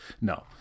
No